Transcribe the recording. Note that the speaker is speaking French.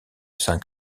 saint